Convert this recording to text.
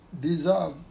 deserve